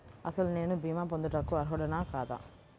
అసలు నేను భీమా పొందుటకు అర్హుడన కాదా?